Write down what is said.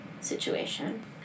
situation